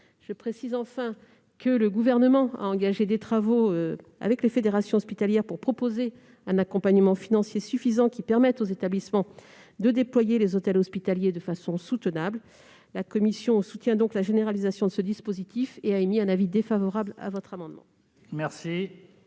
le précise, le Gouvernement a engagé des travaux avec les fédérations hospitalières pour proposer un accompagnement financier suffisant permettant aux établissements de déployer les hôtels hospitaliers de façon soutenable. La commission soutient la généralisation de ce dispositif. Elle a donc émis un avis défavorable sur cet amendement. Quel